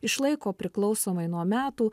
išlaiko priklausomai nuo metų